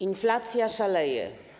Inflacja szaleje.